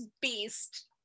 beast